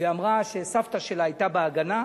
ואמרה שסבתא שלה היתה ב"הגנה"